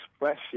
express